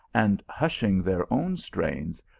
and, hushing their own strains,